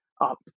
up